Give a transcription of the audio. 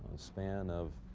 span of